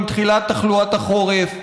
עם תחילת תחלואת החורף,